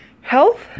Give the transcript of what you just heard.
health